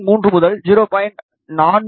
3 முதல் 0